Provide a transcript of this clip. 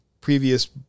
previous